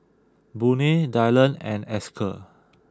Boone Dyllan and Esker